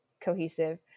cohesive